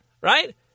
right